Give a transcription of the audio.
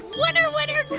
winner, winner,